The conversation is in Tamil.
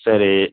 சரி